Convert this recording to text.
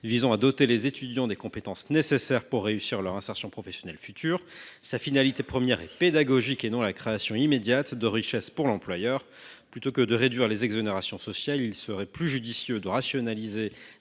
visant à doter les étudiants des compétences nécessaires pour réussir leur insertion professionnelle future. Sa finalité première est pédagogique ; ce n’est pas la création immédiate de richesses pour l’employeur. Plutôt que de réduire les exonérations sociales, il serait plus judicieux de rationaliser